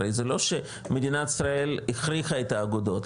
הרי שלא שמדינת ישראל הכריחה את האגודות,